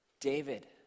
David